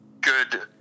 good